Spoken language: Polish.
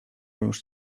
już